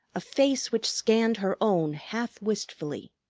a face which scanned her own half wistfully.